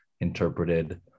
interpreted